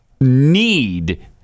need